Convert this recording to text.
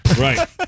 Right